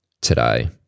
today